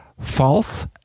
false